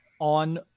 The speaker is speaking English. on